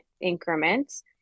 increments